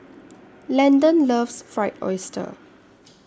Landen loves Fried Oyster